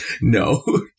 No